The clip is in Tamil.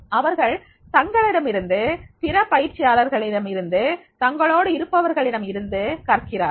அவர்கள் தங்களிடமிருந்து பிற பயிற்சியாளர்களின் இருந்து தங்களோடு இருப்பவர்களிடம் இருந்து கற்கிறார்கள்